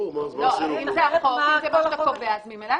לא, אם --- ברור.